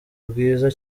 bwiza